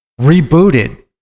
rebooted